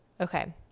Okay